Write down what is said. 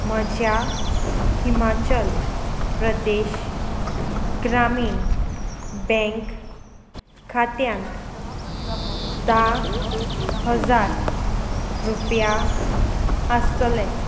म्हज्या हिमाचल प्रदेश ग्रामीण बँक खात्यांत धा हजार रुपया आसतले